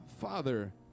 Father